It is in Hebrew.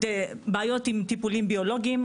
בעיות עם טיפולים ביולוגיים,